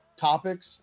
topics